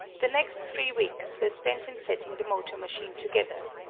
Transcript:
the next three weeks were spent in setting the motor-machine together.